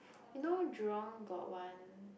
you know Jurong got one